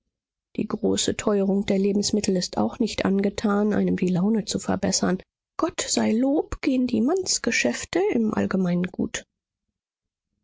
die große teuerung der lebensmittel ist auch nicht angetan einem die laune zu verbessern gott sei lob gehen die mannsgeschäfte im allgemeinen gut